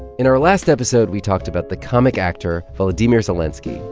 in our last episode, we talked about the comic actor volodymyr zelenskiy,